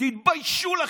"תתביישו לכם.